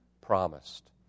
promised